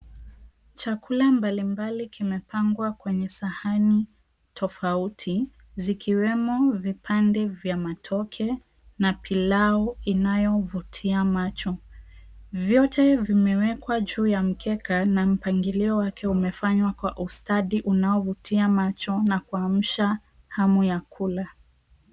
Chakula mbalimbali kimepangwa kwenye sahani tofauti, zikiwemo vipande vya matoke na pilau inayovutia macho. Vyote vimewekwa juu ya mkeka na mpangilio wake umefanywa kwa ustadi unaovutia macho na kuamsha hamu ya kula.